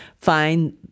find